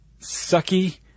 sucky